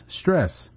stress